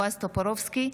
בועז טופורובסקי,